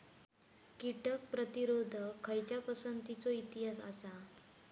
कीटक प्रतिरोधक खयच्या पसंतीचो इतिहास आसा?